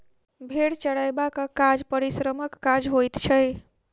भेंड़ चरयबाक काज परिश्रमक काज होइत छै